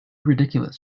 ridiculous